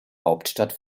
hauptstadt